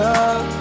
up